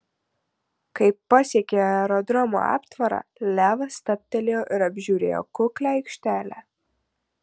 kai pasiekė aerodromo aptvarą levas stabtelėjo ir apžiūrėjo kuklią aikštelę